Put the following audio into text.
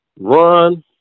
run